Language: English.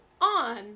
on